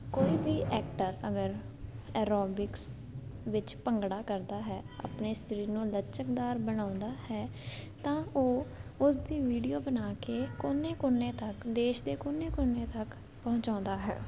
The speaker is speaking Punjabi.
ਕੋਈ ਵੀ ਐਕਟਰ ਅਗਰ ਐਰੋਬਿਕਸ ਵਿੱਚ ਭੰਗੜਾ ਕਰਦਾ ਹੈ ਆਪਣੇ ਸਰੀਰ ਨੂੰ ਲਚਕਦਾਰ ਬਣਾਉਂਦਾ ਹੈ ਤਾਂ ਉਹ ਉਸਦੀ ਵੀਡੀਓ ਬਣਾ ਕੇ ਕੋਨੇ ਕੋਨੇ ਤੱਕ ਦੇਸ਼ ਦੇ ਕੋਨੇ ਕੋਨੇ ਤੱਕ ਪਹੁੰਚਾਉਂਦਾ ਹੈ